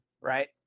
right